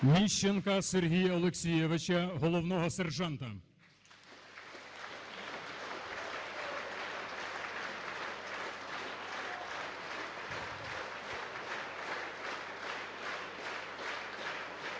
Міщенка Сергія Олексійовича – головного сержанта